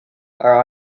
are